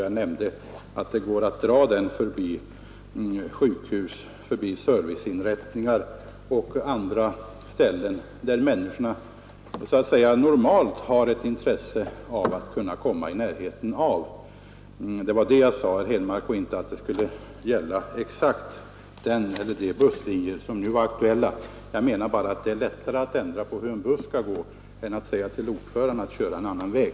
Jag nämnde att det går att dra busslinjen förbi sjukhus, serviceinrättningar och andra ställen som människorna normalt har ett intresse att komma i närheten av. Det var detta jag sade, herr Henmark, och inte att det skulle gälla exakt den eller de busslinjer som nu var aktuella. Jag menar bara att det är lättare att ändra på färdvägen för en buss än att säga till lokföraren att köra en annan väg.